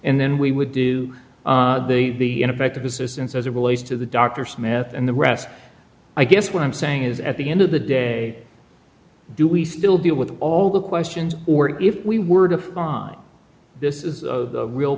and then we would do the ineffective assistance as it relates to the dr smith and the rest i guess what i'm saying is at the end of the day do we still deal with all the questions or if we were to find this is of real